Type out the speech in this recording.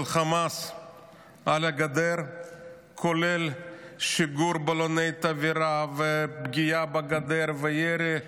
של חמאס על הגדר כולל שיגור בלוני תבערה ופגיעה בגדר וירי באקדחים,